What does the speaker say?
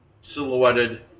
silhouetted